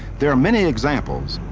there are many examples,